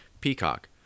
peacock